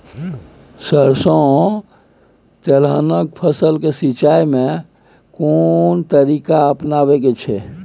सरसो तेलहनक फसल के सिंचाई में केना तरीका अपनाबे के छै?